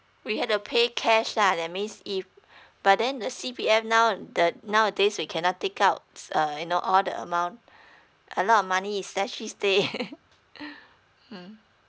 we have to pay cash lah that means if but then the C_P_F now the nowadays we cannot take out uh you know all the amount a lot of money is stay mmhmm